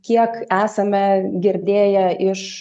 kiek esame girdėję iš